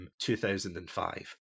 2005